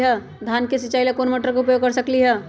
धान के सिचाई ला कोंन मोटर के उपयोग कर सकली ह?